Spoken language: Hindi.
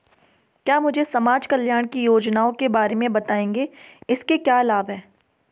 क्या मुझे समाज कल्याण की योजनाओं के बारे में बताएँगे इसके क्या लाभ हैं?